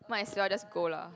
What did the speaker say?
might as well just go lah